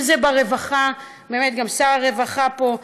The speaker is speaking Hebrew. אם זה ברווחה, באמת, גם שר הרווחה פה: